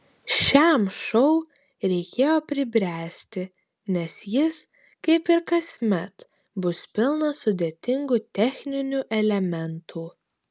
šiam šou reikėjo pribręsti nes jis kaip ir kasmet bus pilnas sudėtingų techninių elementų